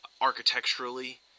architecturally